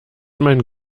mein